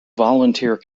volunteer